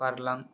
बारलां